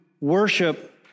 worship